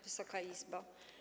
Wysoka Izbo!